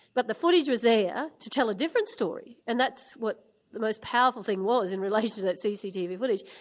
but the footage was there ah to tell a different story and that's what the most powerful thing was in relation to that cctv footage.